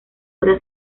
hora